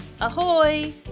Ahoy